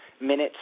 minutes